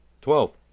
Twelve